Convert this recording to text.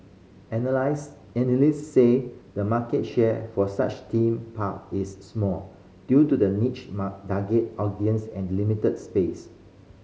analysts say the market share for such theme park is small due to the niche target audience and limited space